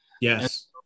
yes